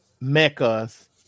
meccas